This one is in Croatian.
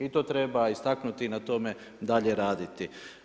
I to treba istaknuti i na tome dalje raditi.